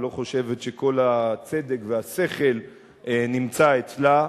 ולא חושבת שכל הצדק והשכל נמצא אצלה.